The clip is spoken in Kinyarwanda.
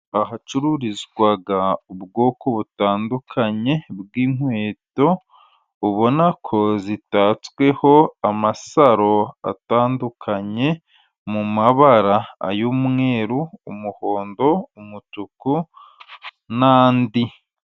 Ahacururizwa ubwoko butandukanye bw'inkweto, ubona ko zitatsweho amasaro atandukanye mu mabara, ay'umweru, y'umuhondo, umutuku n'andi.